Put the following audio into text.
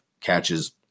catches